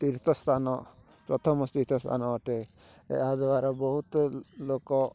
ତୀର୍ଥସ୍ଥାନ ପ୍ରଥମ ତୀର୍ଥସ୍ଥାନ ଅଟେ ଏହାଦ୍ୱାରା ବହୁତ ଲୋକ